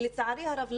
לצערי הרב,